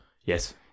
Yes